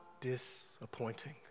disappointing